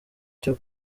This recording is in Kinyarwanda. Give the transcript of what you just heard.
cyo